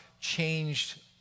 changed